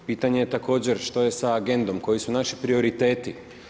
Pitanje je također što je sa AGENDA-om, koji su naši prioriteti.